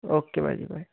okay ਬਾਈ ਜੀ bye